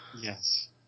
Yes